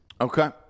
Okay